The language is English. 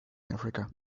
africa